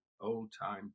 old-time